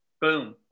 Boom